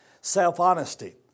Self-honesty